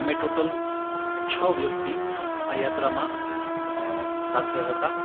અમે ટોટલ છ વ્યક્તિ આ યાત્રામાં સાથે હતા